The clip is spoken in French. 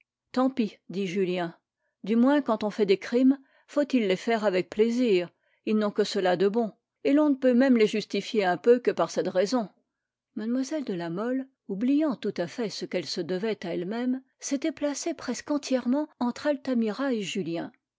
tant pis dit julien du moins quand on fait des crimes faut-il les faire avec plaisir ils n'ont que cela de bon et l'on ne peut même les justifier un peu que par cette raison mlle de la mole oubliant tout à fait ce qu'elle se devait à elle-même s'était placée presque entièrement entre altamira et julien